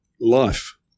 life